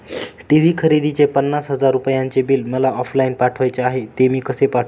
TV खरेदीचे पन्नास हजार रुपयांचे बिल मला ऑफलाईन पाठवायचे आहे, ते मी कसे पाठवू?